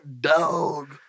dog